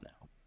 now